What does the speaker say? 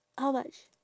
how much